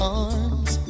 arms